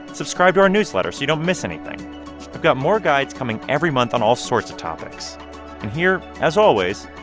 subscribe to our newsletter so you don't miss anything. i've got more guides coming every month on all sorts of topics and here, as always,